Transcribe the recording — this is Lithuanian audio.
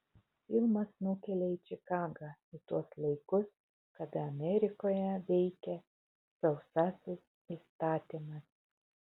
filmas nukelia į čikagą į tuos laikus kada amerikoje veikė sausasis įstatymas